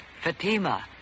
Fatima